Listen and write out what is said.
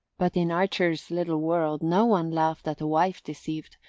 but in archer's little world no one laughed at a wife deceived,